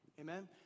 Amen